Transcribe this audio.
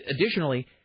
additionally